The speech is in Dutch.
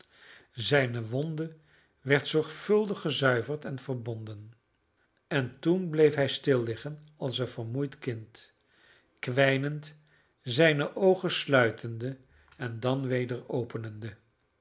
zijne wonde werd zorgvuldig gezuiverd en verbonden en toen bleef hij stilliggen als een vermoeid kind kwijnend zijne oogen sluitende en dan weder openende